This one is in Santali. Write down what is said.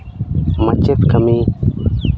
ᱢᱟᱪᱮᱫ ᱠᱟᱹᱢᱤ